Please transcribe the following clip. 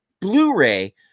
Blu-ray